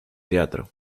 teatro